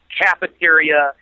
cafeteria